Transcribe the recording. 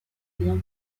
biens